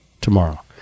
tomorrow